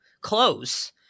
close